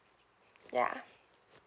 ya